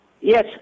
Yes